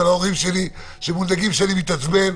וגם להורים שלי שמודאגים שאני מתעצבן.